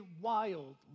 wild